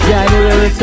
January